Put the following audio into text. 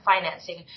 financing